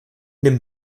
dem